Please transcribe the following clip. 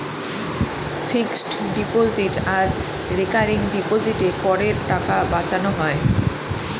fixed deposit আর recurring ডিপোজিটে করের টাকা বাঁচানো হয়